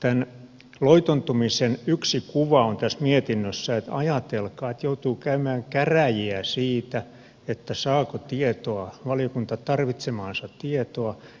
tämän loitontumisen yksi kuva on tässä mietinnössä se ajatelkaa että joutuu käymään käräjiä siitä saako valiokunta tarvitsemaansa tietoa